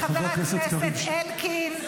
לחבר הכנסת אלקין,